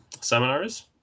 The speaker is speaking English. seminars